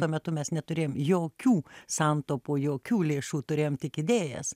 tuo metu mes neturėjom jokių santaupų jokių lėšų turėjom tik idėjas